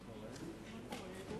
הזמן כבר רץ.